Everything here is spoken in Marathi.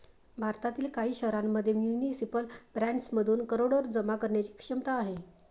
भारतातील काही शहरांमध्ये म्युनिसिपल बॉण्ड्समधून करोडो जमा करण्याची क्षमता आहे